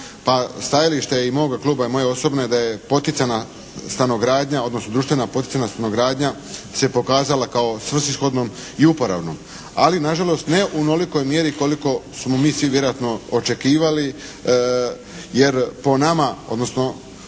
Pa stajalište je i moga kluba i moje osobno je da je poticajna stanogradnja, odnosno društvena poticajna stanogradnja se pokazala kao svrsishodnom i uporabnom. Ali na žalost ne u onolikoj mjeri koliko smo mi svi vjerojatno očekivali, jer po nama odnosno